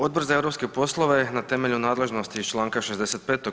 Odbor za europske poslove na temelju nadležnosti iz čl. 65.